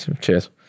Cheers